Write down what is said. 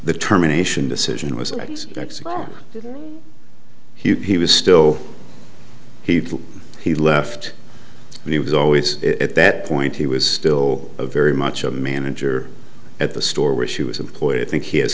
the terminations decision was i guess he was still here he left and he was always at that point he was still a very much a manager at the store where she was employed i think he has